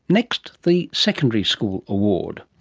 next, the secondary school award.